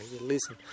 listen